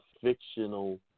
fictional